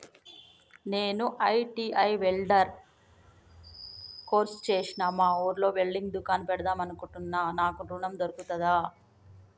నేను ITI welder course చేశ్న మా ఊర్లో వెల్డింగ్ దుకాన్ పెడదాం అనుకుంటున్నా నాకు ఋణం దొర్కుతదా?